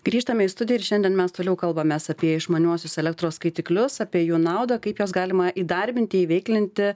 grįžtame į studiją ir šiandien mes toliau kalbamės apie išmaniuosius elektros skaitiklius apie jų naudą kaip juos galima įdarbinti įveiklinti